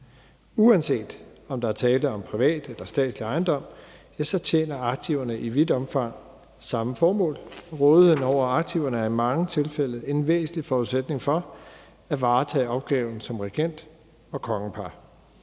Uanset om der er tale om privat eller statslig ejendom, så tjener arkiverne i vidt omfang samme formål. Rådigheden over aktiverne er i mange tilfælde en væsentlig forudsætning for at varetage opgaven som regent og kongepar.